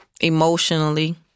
emotionally